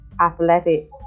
athletic